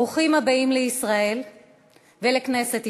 ברוכים הבאים לישראל ולכנסת ישראל.